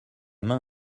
main